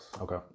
Okay